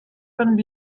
von